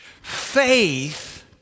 Faith